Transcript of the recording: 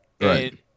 Right